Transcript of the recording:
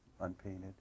Unpainted